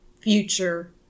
future